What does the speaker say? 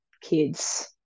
kids